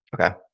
Okay